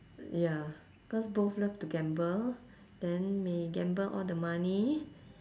ya because both love to gamble then may gamble all the money